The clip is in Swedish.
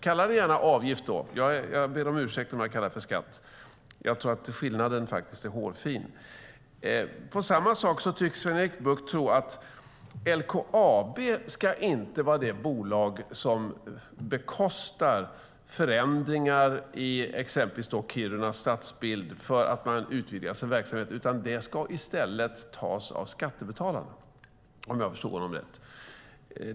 Kalla det gärna avgift. Jag ber om ursäkt om jag kallar det för skatt, men jag tror faktiskt att skillnaden är hårfin. Sven-Erik Bucht verkar tycka att LKAB inte ska bekosta förändringar i exempelvis Kiruna stadsbild när bolaget utvidgar sin verksamhet. Det ska i stället bekostas av skattebetalarna, om jag förstod honom rätt.